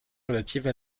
relatives